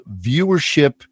viewership